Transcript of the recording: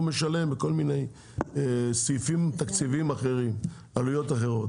משלם בכל מיני סעיפים תקציביים אחרים; בעלויות אחרות.